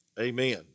amen